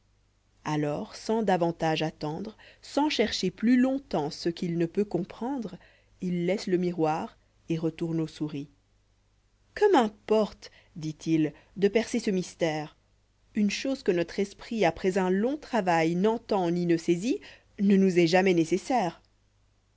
alors sans davantage attendre sans chercher pluslong temps cequ'il ne peut comprendre il laisse le miroir et retourne aux souris que m'importe dit-il de percer ce mystère ï une chose que notre esprit après un long travail n'entend ni ne saisit ne nous est jamais nécessaire